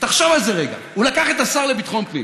תחשוב על זה רגע, הוא לקח את השר לביטחון פנים,